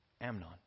Amnon